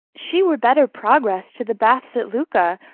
she were better progress to the baths at lucca,